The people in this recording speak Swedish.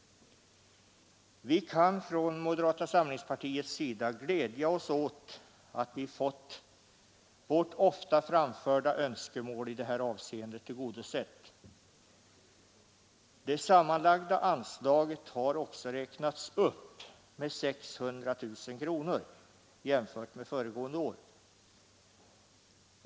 Vi kan från moderata samlingspartiets sida glädja oss åt att vi fått vårt ofta framförda önskemål i det avseendet tillgodosett. Det sammanlagda anslaget har också räknats upp med 600 000 kronor jämfört med föregående år.